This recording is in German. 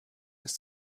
ist